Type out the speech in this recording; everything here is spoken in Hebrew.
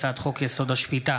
הצעת חוק-יסוד: השפיטה